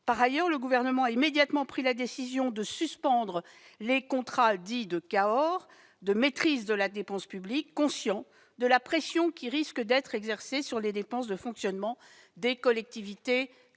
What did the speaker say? Par ailleurs, le Gouvernement a immédiatement pris la décision de suspendre les contrats dits de Cahors de maîtrise de la dépense publique, conscient de la pression qui risque d'être exercée sur les dépenses de fonctionnement des collectivités